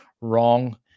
wrong